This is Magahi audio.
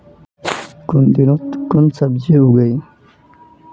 कुन दिनोत कुन सब्जी उगेई?